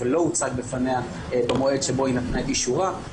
ולא הוצג בפניה במועד שבו היא נתנה את אישורה,